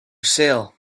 sale